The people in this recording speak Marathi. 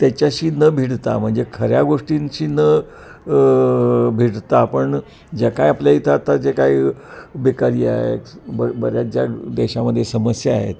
त्याच्याशी न भिडता म्हणजे खऱ्या गोष्टींशी न भिडता पण ज्या काय आपल्या इथं आता जे काय बेकारी आहे ब बऱ्याच ज्या देशामध्ये समस्या आहेत